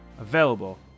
available